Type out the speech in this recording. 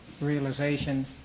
realization